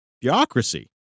Bureaucracy